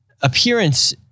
appearance-